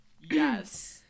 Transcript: yes